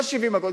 לא 70 אגורות,